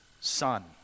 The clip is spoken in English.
son